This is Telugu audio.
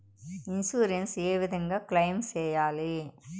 ఇన్సూరెన్సు ఏ విధంగా క్లెయిమ్ సేయాలి?